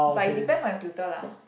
but it depends on your tutor lah